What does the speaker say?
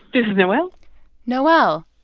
is noel noel,